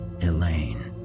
Elaine